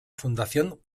fundación